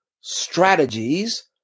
strategies